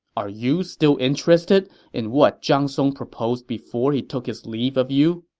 are you still interested in what zhang song proposed before he took his leave of you?